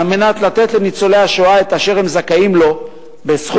מנת לתת לניצולי השואה את אשר הם זכאים לו בזכות